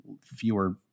fewer